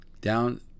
down